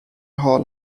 hall